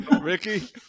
Ricky